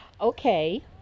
Okay